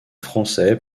français